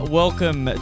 welcome